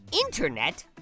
internet